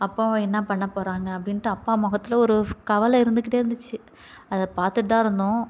அப்பாவை என்ன பண்ண போகிறாங்க அப்படின்ட்டு அப்பா முகத்துல ஒரு கவலை இருந்துகிட்டே இருந்துச்சு அதை பார்த்துட்தான் இருந்தோம்